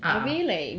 ah